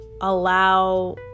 allow